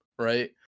Right